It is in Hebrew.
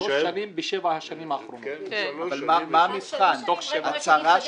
שלוש שנים בתוך שבע השנים האחרונות.